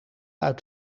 uit